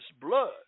blood